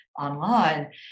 online